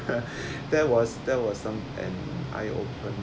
that was that was some an eye opener